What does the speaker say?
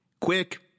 quick